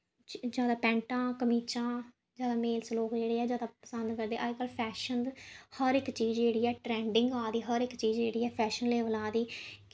जादा पैंटां कमीचां जादा मेल्स लोक जेह्ड़े ऐ पसंद करदे अज्जकल फैशन हर इक चीज़ जेह्ड़ी ऐ ट्रैंडिंग आ दी हर इक चीज़ जेह्ड़ी ऐ फैशन लैवल आ दी